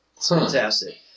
fantastic